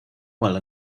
while